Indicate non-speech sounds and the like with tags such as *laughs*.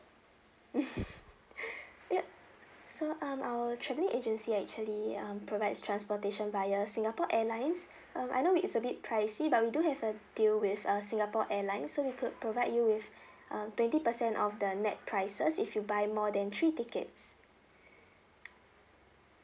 *laughs* *breath* ya so um our travelling agency actually um provides transportation via singapore airlines *breath* um I know it's a bit pricey but we do have a deal with uh singapore airlines so we could provide you with *breath* um twenty percent off the nett prices if you buy more than three tickets